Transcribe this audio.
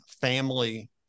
family